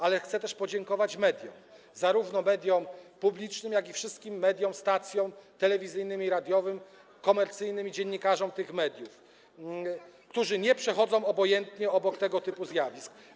Ale chcę też podziękować mediom, zarówno mediom publicznym, jak i wszystkim mediom, stacjom telewizyjnym i radiowym komercyjnym, i dziennikarzom tych mediów, którzy nie przechodzą obojętnie obok tego typu zjawisk.